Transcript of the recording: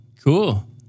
Cool